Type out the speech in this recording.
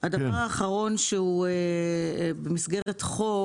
דבר אחרון שהוא במסגרת חוק